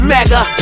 Mega